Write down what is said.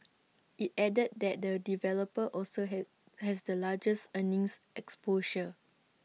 IT added that the developer also had has the largest earnings exposure